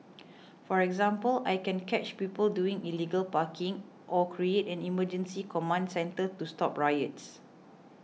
for example I can catch people doing illegal parking or create an emergency command centre to stop riots